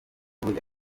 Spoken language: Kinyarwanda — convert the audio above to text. nibwo